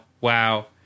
wow